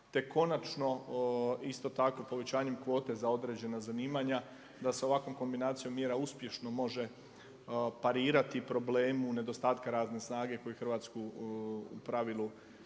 te konačno isto tako povećanjem kvote za određena zanimanja, da se ovakvom kombinacijom mjera uspješno može parirati problemu nedostatka radne snage koju Hrvatsku u pravilu